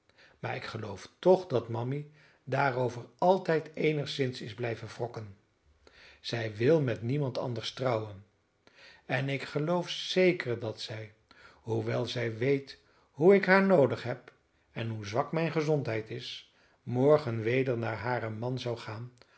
maar ik geloof toch dat mammy daarover altijd eenigszins is blijven wrokken zij wil met niemand anders trouwen en ik geloof zeker dat zij hoewel zij weet hoe ik haar noodig heb en hoe zwak mijne gezondheid is morgen weder naar haren man zou gaan